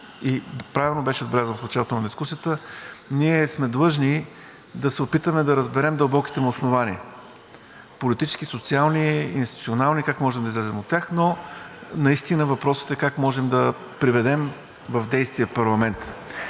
и правилно беше отбелязан в началото на дискусията, ние сме длъжни да се опитаме да разберем дълбоките му основания – политически, социални, институционални, как може да излезем от тях, но наистина въпросът е как може да приведем в действие парламента.